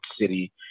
city